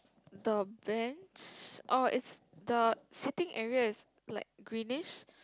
the bench orh it's the sitting area is like greenish